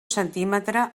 centímetre